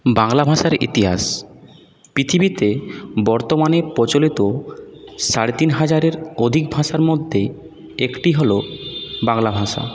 বাংলা ভাষার ইতিহাস পৃথিবীতে বর্তমানে প্রচলিত সাড়ে তিন হাজারের অধিক ভাষার মধ্যে একটি হল বাংলা ভাষা